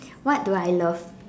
what do I love